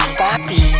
papi